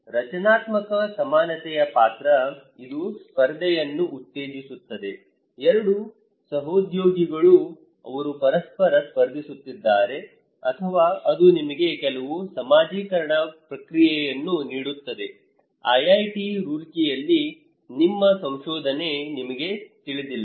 ರಚನಾತ್ಮಕ ಸಮಾನತೆಯ ಪಾತ್ರ ಇದು ಸ್ಪರ್ಧೆಯನ್ನು ಉತ್ತೇಜಿಸುತ್ತದೆ 2 ಸಹೋದ್ಯೋಗಿಗಳು ಅವರು ಪರಸ್ಪರ ಸ್ಪರ್ಧಿಸುತ್ತಿದ್ದಾರೆ ಅಥವಾ ಅದು ನಿಮಗೆ ಕೆಲವು ಸಾಮಾಜಿಕೀಕರಣ ಪ್ರಕ್ರಿಯೆಯನ್ನು ನೀಡುತ್ತದೆ IIT ರೂರ್ಕಿಯಲ್ಲಿ ನಿಮ್ಮ ಸಂಶೋಧಕರು ನಿಮಗೆ ತಿಳಿದಿಲ್ಲ